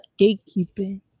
gatekeeping